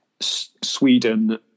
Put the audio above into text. Sweden